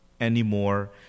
anymore